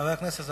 חבר הכנסת ג'מאל